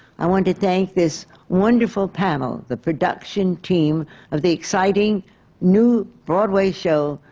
i want to thank this wonderful panel, the production team of the exciting new broadway show,